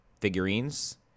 figurines